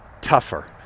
tougher